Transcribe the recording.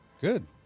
Good